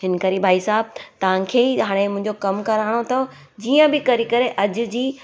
हिन करे भाई साहब तव्हांखे ई हाणे मुंहिंजो कमु करिणो अथव जीअं बि करी करे अॼु जी